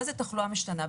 מה זאת תחלואה משתנה?